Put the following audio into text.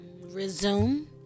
resume